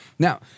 Now